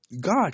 God